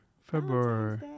February